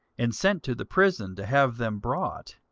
and sent to the prison to have them brought.